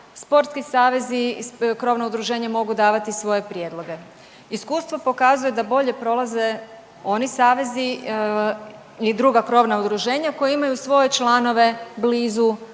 sportski savezi krovno udruženje mogu davati svoje prijedloge. Iskustvo pokazuje da bolje prolaze oni savezi i druga krovna udruženja koja imaju svoje članove blizu